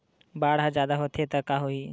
बाढ़ ह जादा होथे त का होही?